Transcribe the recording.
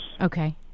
Okay